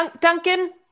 Duncan